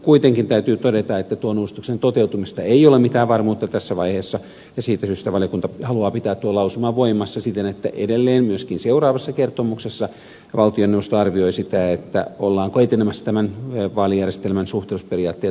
kuitenkin täytyy todeta että tuon uudistuksen toteutumisesta ei ole mitään varmuutta tässä vaiheessa ja siitä syystä valiokunta haluaa pitää tuon lausuman voimassa siten että edelleen myöskin seuraavassa kertomuksessa valtioneuvosto arvioi sitä ollaanko etenemässä tämän vaalijärjestelmän suhteellisuusperiaatteen toteuttamisen suhteen